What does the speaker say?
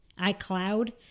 iCloud